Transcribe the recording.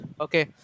Okay